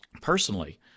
Personally